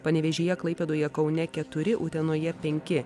panevėžyje klaipėdoje kaune keturi utenoje penki